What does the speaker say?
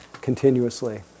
continuously